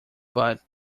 but